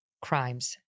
crimes